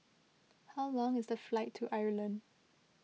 how long is the flight to Ireland